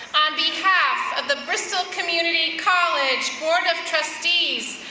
on behalf of the bristol community college board of trustees,